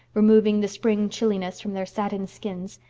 removing the spring chilliness from their satin skins,